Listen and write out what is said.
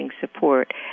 support